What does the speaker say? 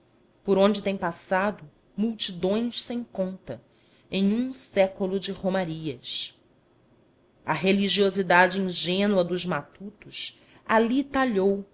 por onde têm passado multidões sem conto em um século de romarias a religiosidade ingênua dos matutos ali talhou em